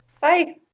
Bye